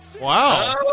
wow